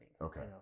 Okay